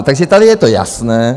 Takže tady je to jasné.